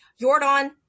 Jordan